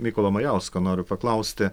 mykolo majausko noriu paklausti